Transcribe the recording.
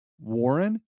Warren